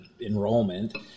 enrollment